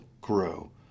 grow